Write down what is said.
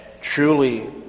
Truly